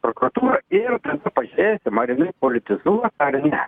prokuratūrą ir pažiūrėsim ar jinai politizuos ar ne